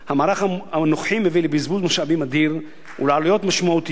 המערך הנוכחי מביא לבזבוז משאבים אדיר ולעלויות משמעותיות,